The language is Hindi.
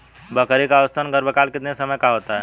बकरी का औसतन गर्भकाल कितने समय का होता है?